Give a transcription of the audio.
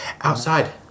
Outside